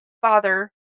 father